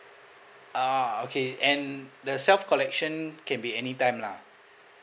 ah okay and the self collection can be any time lah